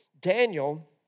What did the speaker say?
Daniel